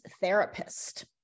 therapist